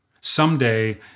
Someday